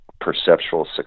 perceptual